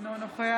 נגד